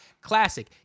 classic